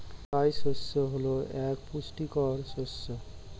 রাই শস্য হল এক পুষ্টিকর শস্য